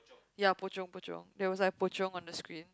ya pochong pochong there's was like pochong on the screen